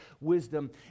wisdom